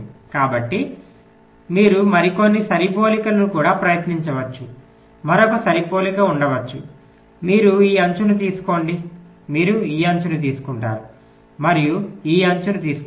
కాబట్టి మీరు మరికొన్ని సరిపోలికలను కూడా ప్రయత్నించవచ్చు మరొక సరిపోలిక ఉండవచ్చు మీరు ఈ అంచుని తీసుకోండి మీరు ఈ అంచుని తీసుకుంటారు మీరు ఈ అంచుని తీసుకుంటారు